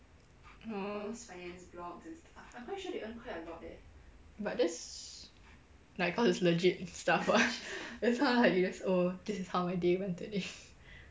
oh but that's like cause it's legit stuff [what] that's why this is how my day went today